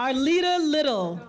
our leader little